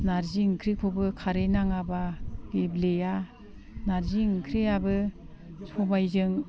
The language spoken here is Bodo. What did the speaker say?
नारजि ओंख्रिखौबो खारै नाङाबा गेब्लेया नारजि ओंख्रिआबो सबायजों